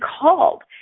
called